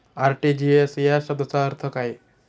RTGS या शब्दाचा अर्थ काय?